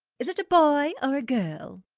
is it a boy or a girl?